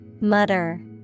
Mutter